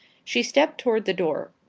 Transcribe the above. she stepped toward the door.